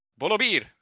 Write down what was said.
Bolobir